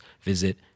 visit